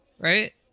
Right